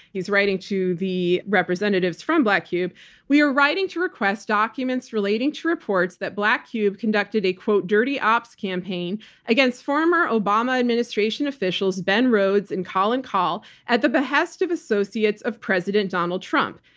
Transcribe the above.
he's writing to the representatives from black cube we are writing to request documents relating to reports that black cube conducted a dirty ops campaign against former obama administration officials, ben rhodes and colin kahl, at the behest of associates of president donald trump.